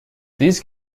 these